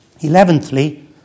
Eleventhly